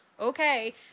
okay